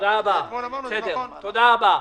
תודה רבה.